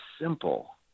simple